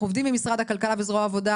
אנחנו עובדים עם משרד הכלכלה וזרוע העבודה